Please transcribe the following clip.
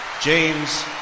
James